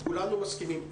כולנו מסכימים.